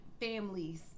families